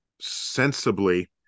sensibly